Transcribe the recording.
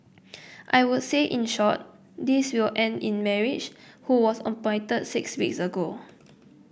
I would say in short this will end in marriage who was appointed six weeks ago